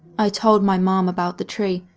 i told my mom about the tree,